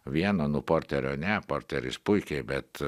vieno nu porterio ne porteris puikiai bet